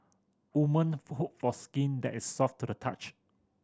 woman for hope for skin that is soft to the touch